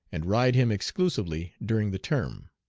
and ride him exclusively during the term.